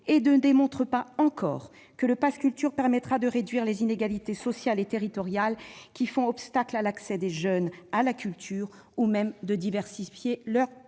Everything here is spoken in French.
et ne démontrent pas encore que le pass culture permettra de réduire les inégalités sociales et territoriales faisant obstacle à l'accès des jeunes à la culture, ou même de diversifier leurs pratiques